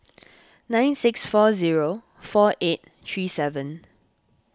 nine six four zero four eight three seven